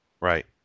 Right